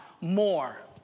more